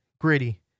gritty